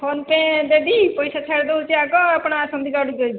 phone pay ଦେବି ପଇସା ଛାଡ଼ି ଦେଉଛି ଆଗ ଆପଣ ଆସନ୍ତୁ ଗାଡ଼ି କରିକି